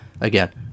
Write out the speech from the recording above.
again